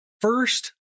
first